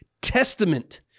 testament